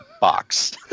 box